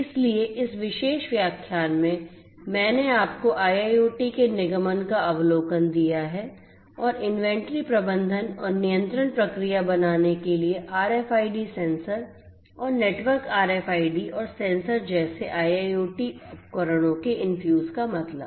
इसलिए इस विशेष व्याख्यान में मैंने आपको IIoT के निगमन का अवलोकन दिया है और इनवेंटरी प्रबंधन और नियंत्रण प्रक्रिया बनाने के लिए RFID सेंसर और नेटवर्क RFID और सेंसर जैसे IIoT उपकरणों के इनफ्यूज़ का मतलब